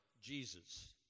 Jesus